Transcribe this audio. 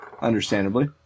Understandably